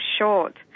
short